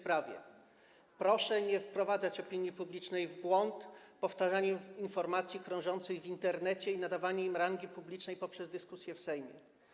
Proszę nie wprowadzać opinii publicznej w błąd powtarzaniem informacji krążących w Internecie i nadawaniem im rangi publicznej poprzez dyskusję w Sejmie.